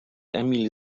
emil